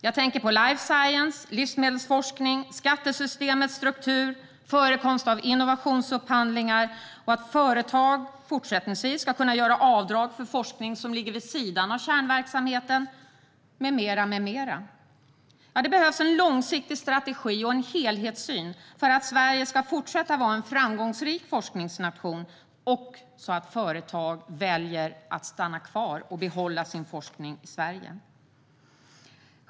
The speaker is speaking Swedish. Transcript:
Jag tänker på life science, livsmedelsforskning, skattesystemets struktur, förekomsten av innovationsupphandlingar och att företag fortsättningsvis ska kunna göra avdrag för forskning som ligger vid sidan av kärnverksamheten med mera. Det behövs en långsiktig strategi och helhetssyn för att Sverige ska fortsätta att vara en framgångsrik forskningsnation och så att företag väljer att stanna kvar och behålla sin forskning i Sverige.